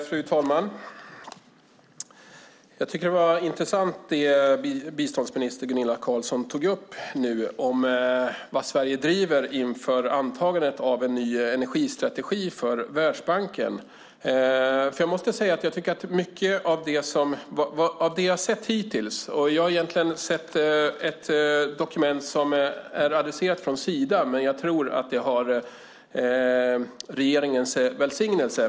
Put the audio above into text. Fru talman! Jag tycker att det som biståndsminister Gunilla Carlsson tog upp nu om det Sverige driver inför antagandet av en ny energistrategi för Världsbanken var intressant. Jag har egentligen sett ett dokument som är adresserat från Sida, men jag tror att det har regeringens välsignelse.